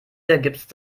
wiedergibst